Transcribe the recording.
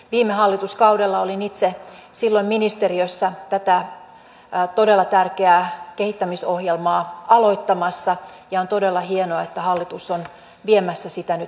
viime hallituskaudella olin itse ministeriössä tätä todella tärkeää kehittämisohjelmaa aloittamassa ja on todella hienoa että hallitus on viemässä sitä nyt maaliin